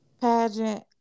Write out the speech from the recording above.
pageant